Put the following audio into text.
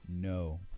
No